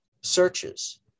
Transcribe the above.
searches